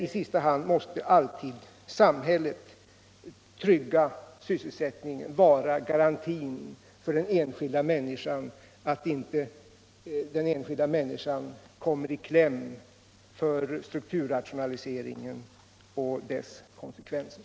I sista hand måste emellertid samhället trygga sysselsättningen, vara garantin för att den enskilda människan inte kommer i kläm på grund av strukturrationaliseringen och dess konsekvenser.